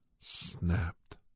snapped